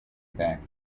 back